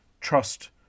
trust